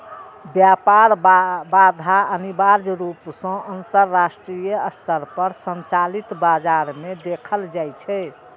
व्यापार बाधा अनिवार्य रूप सं अंतरराष्ट्रीय स्तर पर संचालित बाजार मे देखल जाइ छै